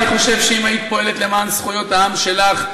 אני חושב שאם היית פועלת למען זכויות העם שלך,